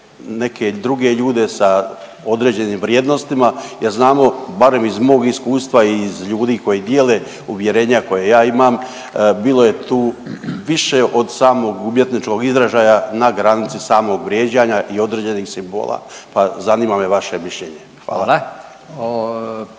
neke druge ljude sa određenim vrijednostima jer znamo barem iz mog iskustva i iz ljudi koji dijele uvjerenja koja ja imam bilo je tu više od samog umjetničkog izražaja na granici samog vrijeđanja i određenih simbola, pa zanima me vaše mišljenje. Hvala.